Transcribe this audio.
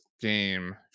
game